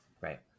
Right